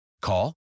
Call